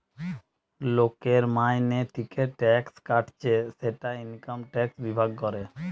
লোকের মাইনে থিকে ট্যাক্স কাটছে সেটা ইনকাম ট্যাক্স বিভাগ করে